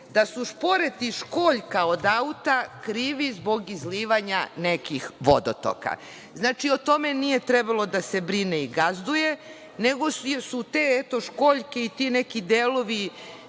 da su šporeti, školjka od auta krivi zbog izlivanja nekih vodotoka. Znači o tome nije trebalo da se brine i gazduje, nego su te školjke i ti neki delovi